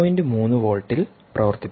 3 വോൾട്ടിൽപ്രവർത്തിപ്പിച്ചു